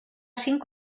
cinc